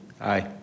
Aye